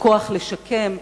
הכוח לשקם.